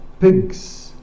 pigs